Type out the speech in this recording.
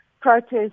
protest